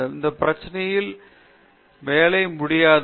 வாழ்நாள் முழுவதும் நீங்கள் இந்த பிரச்சனையில் வேலை முடியாது